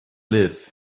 live